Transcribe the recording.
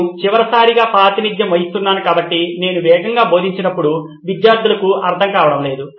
నేను చివరిసారిగా ప్రాతినిధ్యం వహిస్తున్నాను కాబట్టి నేను వేగంగా బోధించినప్పుడు విద్యార్థులకు అర్థం కావించడం లేదు